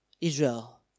Israel